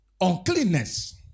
Uncleanness